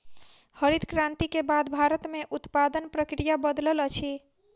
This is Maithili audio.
हरित क्रांति के बाद भारत में उत्पादन प्रक्रिया बदलल अछि